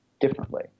differently